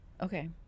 Okay